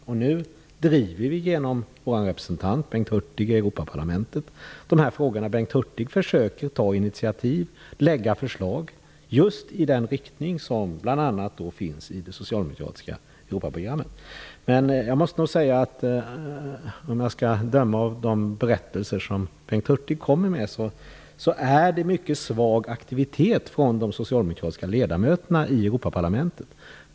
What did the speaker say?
Nu driver vi de här frågorna genom vår representant Bengt Hurtig i Europaparlamentet. Bengt Hurtig försöker ta initiativ och lägga fram förslag just i den riktning som man bl.a. pekar på i det socialdemokratiska Europaprogrammet. Om jag skall döma av de berättelser som Bengt Hurtig kommer med är det mycket svag aktivitet från de socialdemokratiska ledamöterna i Europaparlamentet.